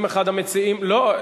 האם אחד המציעים, לא.